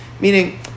Meaning